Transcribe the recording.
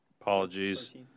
apologies